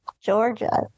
Georgia